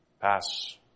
pass